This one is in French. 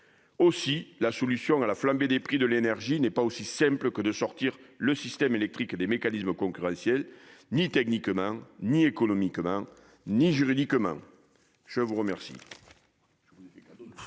Aussi, la solution à la flambée des prix de l'énergie n'est pas aussi simple que de sortir le système électrique des mécanismes concurrentiels, ni techniquement, ni économiquement, ni juridiquement. La parole